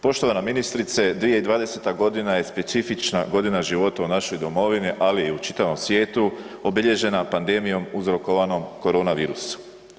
Poštovana ministrice, 2020. godina je specifična godina života u našoj domovini, ali i u čitavom svijetu obilježena pandemijom uzrokovanja koronavirusom.